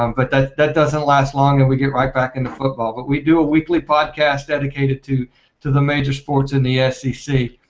um but that that doesn't last long and we get right back into football. but we do a weekly podcast dedicated to to the major sports in the s e c